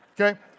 Okay